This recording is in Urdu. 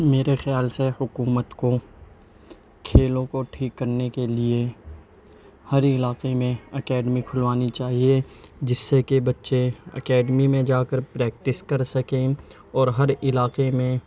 میرے خیال سے حکومت کو کھیلوں کو ٹھیک کرنے کے لیے ہر علاقے میں اکیڈمی کھلوانی چاہیے جس سے کہ بچے اکیڈمی میں جا کر پریکٹس کر سکیں اور ہر علاقے میں